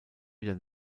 wieder